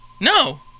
No